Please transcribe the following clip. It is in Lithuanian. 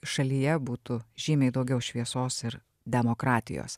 šalyje būtų žymiai daugiau šviesos ir demokratijos